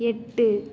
எட்டு